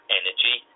energy